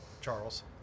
charles